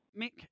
Mick